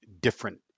different